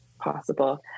possible